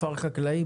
כפר חקלאי,